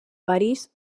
parís